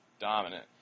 dominant